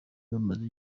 bamaze